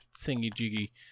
thingy-jiggy